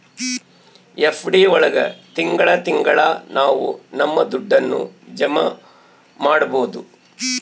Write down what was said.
FD ಒಳಗ ತಿಂಗಳ ತಿಂಗಳಾ ನಾವು ನಮ್ ದುಡ್ಡನ್ನ ಜಮ ಮಾಡ್ಬೋದು